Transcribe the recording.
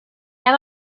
have